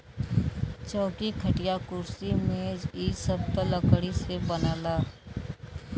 चौकी, खटिया, कुर्सी मेज इ सब त लकड़ी से बनला